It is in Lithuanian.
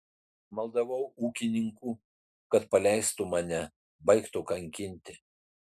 maldavau ūkininkų kad paleistų mane baigtų kankinti